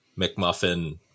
McMuffin